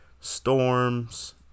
storms